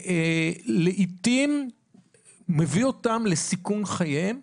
ולעיתים מביא אותם לסיכון חייהם.